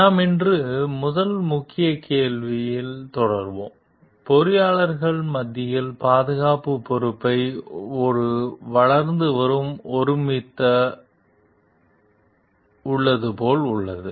எனவே நாம் இன்று முதல் முக்கிய கேள்வி தொடங்கும் பொறியாளர்கள் மத்தியில் பாதுகாப்பு பொறுப்பை ஒரு வளர்ந்து வரும் ஒருமித்த உள்ளது போல் உள்ளது